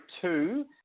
two